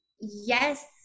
Yes